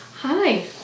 Hi